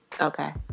Okay